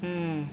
mm